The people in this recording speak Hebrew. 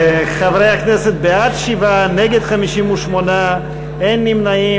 חברי הכנסת בעד, 7, נגד, 58, אין נמנעים.